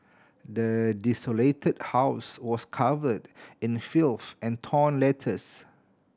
the desolated house was covered in filth and torn letters